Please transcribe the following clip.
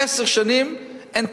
עשר שנים אין תוכנית.